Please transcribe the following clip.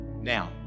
Now